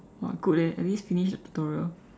!wah! good eh at least finish the tutorial